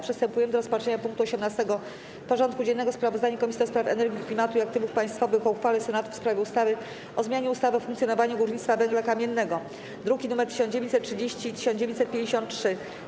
Przystępujemy do rozpatrzenia punktu 18. porządku dziennego: Sprawozdanie Komisji do Spraw Energii, Klimatu i Aktywów Państwowych o uchwale Senatu w sprawie ustawy o zmianie ustawy o funkcjonowaniu górnictwa węgla kamiennego (druki nr 1930 i 1953)